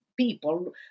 people